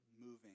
moving